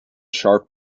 sharp